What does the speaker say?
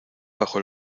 bajo